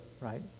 right